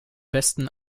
besten